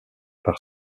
par